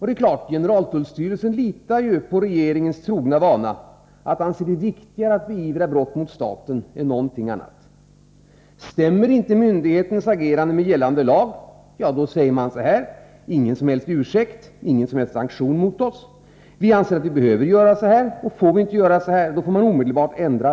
Det är klart att generaltullstyrelsen litar på regeringens trogna vana att anse det viktigare att beivra brott mot staten än någonting annat. Även om myndighetens agerande inte stämmer med gällande lag får vi ingen ursäkt, och regeringen tillgriper ingen som helst sanktion. Myndigheten säger bara: Vi anser att vi behöver göra så här. Får vi inte göra det, måste lagen omedelbart ändras.